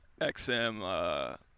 XM